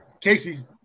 Casey